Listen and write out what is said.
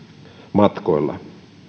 matkoilta